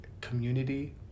community